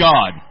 God